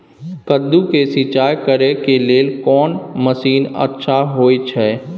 कद्दू के सिंचाई करे के लेल कोन मसीन अच्छा होय छै?